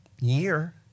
year